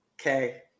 Okay